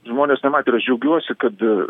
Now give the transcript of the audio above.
žmonės nematė ir aš džiaugiuosi kad